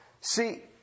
See